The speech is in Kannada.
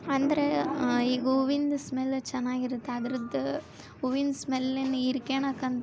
ಅಂದರೆ ಈಗ ಹೂವಿಂದ ಸ್ಮೆಲ್ಲು ಚೆನ್ನಾಗಿರುತ್ತೆ ಅದರದ್ದು ಹೂವಿನ್ ಸ್ಮೆಲ್ಲನ್ನು ಹೀರ್ಕೊಳೋಕ್ಕಂತ್